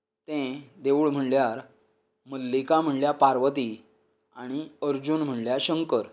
तें देवूळ म्हळ्यार मल्लिका म्हळ्यार पार्वती आनी अर्जुन म्हळ्यार शंकर